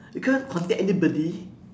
you can't contact anybody